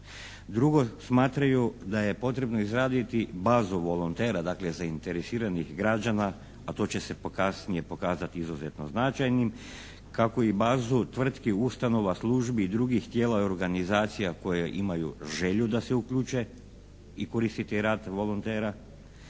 Drugo, smatraju da je potrebno izraditi bazu volontera, dakle zainteresiranih građana, a to će se kasnije pokazati izuzetno značajnim, kako i bazu tvrtki, ustanova, službi i drugih tijela i organizacija koje imaju želju da se uključe i koriste rad volontera.